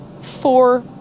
four